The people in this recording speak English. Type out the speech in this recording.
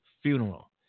funeral